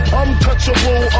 untouchable